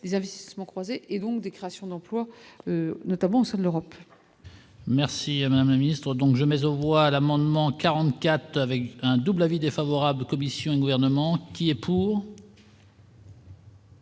des investissements croisés et donc des créations d'emploi notamment sein de l'Europe. Merci à mon ami. Donc je mais on voit l'amendement 44 avec un double avis défavorable commission gouvernementale qui est pour.